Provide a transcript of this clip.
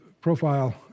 profile